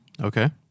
Okay